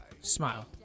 smile